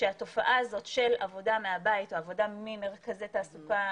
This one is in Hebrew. שהתופעה הזאת של עבודה מהבית או עבודה ממרכזי תעסוקה